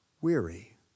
weary